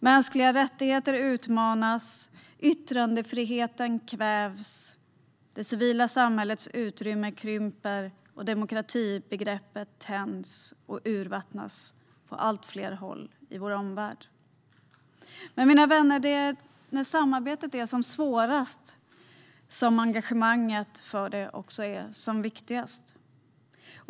Mänskliga rättigheter utmanas, yttrandefriheten kvävs, det civila samhällets utrymme krymper och demokratibegreppet tänjs och urvattnas på allt fler håll i vår omvärld. Men, mina vänner, det är när samarbetet är som svårast som engagemanget för det också är som viktigast.